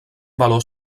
valor